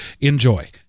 enjoy